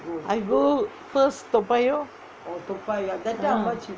I go first toa payoh